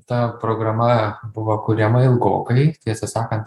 ta programa buvo kuriama ilgokai tiesą sakant